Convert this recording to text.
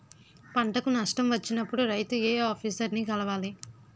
పంటకు నష్టం వచ్చినప్పుడు రైతు ఏ ఆఫీసర్ ని కలవాలి?